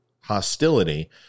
hostility